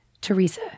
Teresa